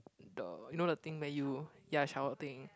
the you know the thing where you ya shower thing